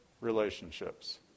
relationships